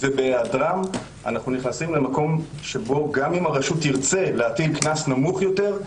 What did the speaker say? ובהיעדרם אנו נכנסים למקום שבו שגם אם הרשות תרצה להטיל קנס נמוך יותר,